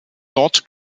dort